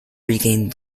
regained